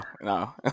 No